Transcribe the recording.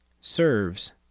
serves